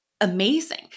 Amazing